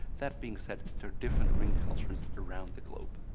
that being said, there are different ring cultures around the globe.